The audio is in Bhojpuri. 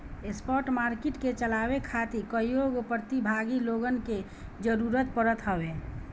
स्पॉट मार्किट के चलावे खातिर कईगो प्रतिभागी लोगन के जरूतर पड़त हवे